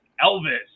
elvis